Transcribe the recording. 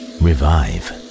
revive